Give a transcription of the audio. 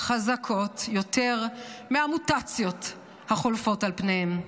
חזקות יותר מהמוטציות החולפות על פניהן.